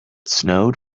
snowed